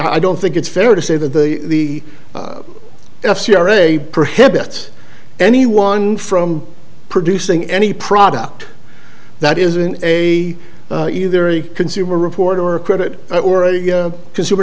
i don't think it's fair to say that the the f c r a prohibits anyone from producing any product that isn't a either a consumer report or a credit or a consumer